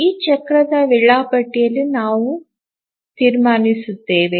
ಈ ಚಕ್ರದ ವೇಳಾಪಟ್ಟಿಯಲ್ಲಿ ನಾವು ತೀರ್ಮಾನಿಸುತ್ತೇವೆ